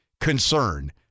concern